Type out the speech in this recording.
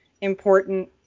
important